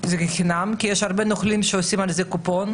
היא בחינם כי יש הרבה נוכלים שעושים על זה קופון.